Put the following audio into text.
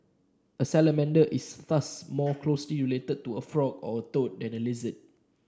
a salamander is thus more closely related to a frog or a toad than a lizard